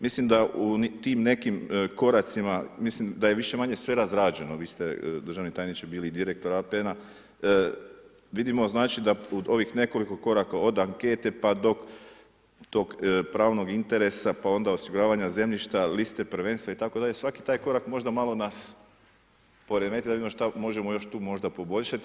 Mislim da u tim nekim koracima mislim da je više-manje sve razrađeno, vi ste državni tajniče bili direktor APN-a, vidimo da u ovih nekoliko koraka od ankete pa do tog pravnog interesa pa onda osiguravanja zemljišta, liste prvenstva itd., svaki taj korak možda malo nas poremeti da vidimo šta možemo možda tu još poboljšati.